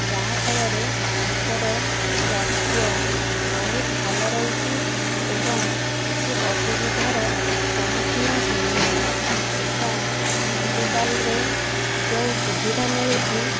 ଯାହାଫଳରେ ତାଙ୍କର ସ୍ଵାସ୍ଥ୍ୟ ବହୁତ ଭଲ ରହୁଛି ଏବଂ କିଛି ଅସୁବିଧାର ସମ୍ମୁଖୀନ ହେଉନି ଏବଂ ମେଡ଼ିକାଲରେ ଯେଉଁ ସୁଵିଧା ମିଳୁଛି